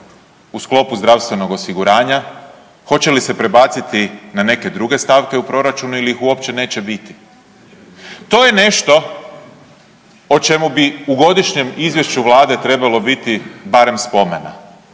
u sklopu zdravstvenog osiguranja, hoće li se prebaciti na neke druge stavke u proračunu ili ih uopće neće biti? To je nešto o čemu bi u godišnjem izvješću Vlade trebalo biti barem spomena.